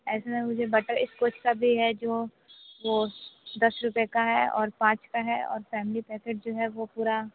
ऐसा मुझे बटरस्कॉच का भी है जो वो दस रुपये का है और पाँच का है और फ़ैमिली पैकेट जो है वो पूरा